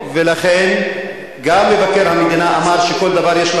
לכן גם מבקר המדינה אמר שכל דבר יש לו